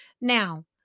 Now